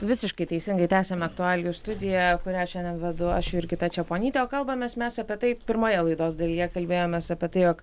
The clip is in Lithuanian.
visiškai teisingai tęsiame aktualijų studiją kurią šiandien vedu aš jurgita čeponytė o kalbamės mes apie tai pirmoje laidos dalyje kalbėjomės apie tai jog